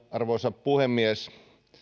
arvoisa puhemies